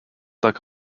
like